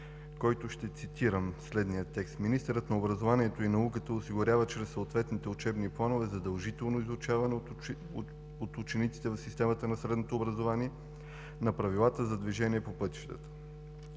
който ще цитирам следния текст: „Министърът на образованието и науката осигурява чрез съответните учебни планове задължително изучаване от учениците в системата на средното образование на правилата за движение по пътищата“.